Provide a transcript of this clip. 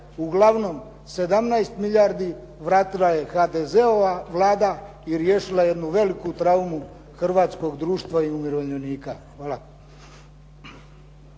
Uglavnom 17 milijardi vratila je HDZ-ova Vlada i riješila jednu veliku traumu hrvatskog društva i umirovljenika. Hvala.